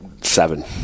Seven